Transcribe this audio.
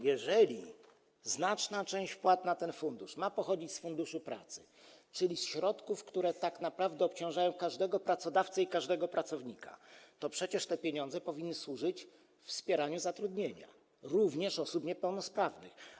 Jeżeli znaczna część wpłat na ten fundusz ma pochodzić z Funduszu Pracy, czyli ze środków, które tak naprawdę obciążają każdego pracodawcę i każdego pracownika, to przecież te pieniądze powinny służyć również wspieraniu zatrudnienia osób niepełnosprawnych.